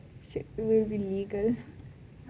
shit we are going to be legal